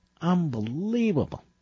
Unbelievable